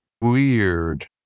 weird